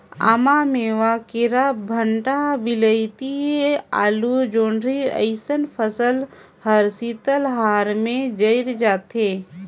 आमा, मेवां, केरा, भंटा, वियलती, आलु, जोढंरी अइसन फसल हर शीतलहार में जइर जाथे